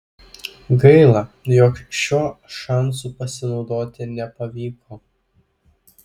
gaila jog šiuo šansu pasinaudoti nepavyko